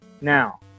now